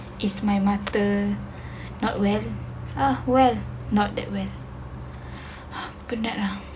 is my mata not well ah well not that well penat lah